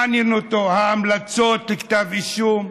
מעניין אותו ההמלצות לכתב אישום,